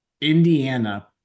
Indiana